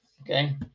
Okay